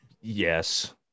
yes